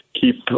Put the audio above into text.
keep